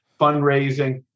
fundraising